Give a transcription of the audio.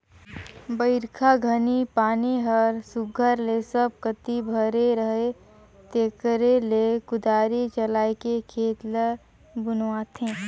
बरिखा घनी पानी हर सुग्घर ले सब कती भरे रहें तेकरे ले कुदारी चलाएके खेत ल बनुवाथे